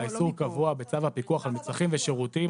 האיסור קבוע בצו הפיקוח על מצרכים ושירותים,